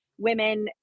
women